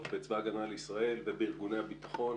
בצבא הגנה לישראל ובארגוני הביטחון